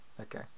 Okay